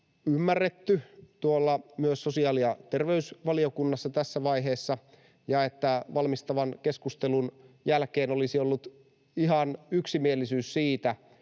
ymmärretty myös sosiaali‑ ja terveysvaliokunnassa tässä vaiheessa ja että valmistavan keskustelun jälkeen olisi ollut ihan yksimielisyys siitä,